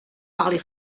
parlez